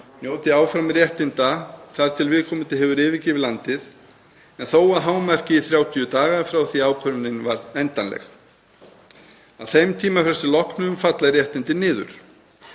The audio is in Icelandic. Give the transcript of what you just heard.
njóti áfram réttinda þar til viðkomandi hefur yfirgefið landið en þó að hámarki í 30 daga frá því að ákvörðunin var endanleg. Að þeim tímafrestum loknum falla réttindi niður.